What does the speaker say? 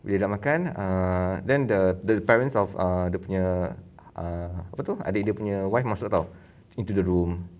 dia dah makan err then the the parents of err dia punya err apa tu adik dia punya wife masuk [tau] into the room